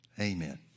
Amen